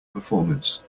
performance